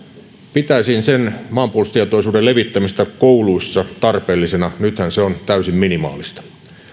pitäisin maanpuolustustietoisuuden levittämistä kouluissa tarpeellisena nythän se on täysin minimaalista